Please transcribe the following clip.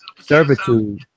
servitude